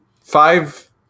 five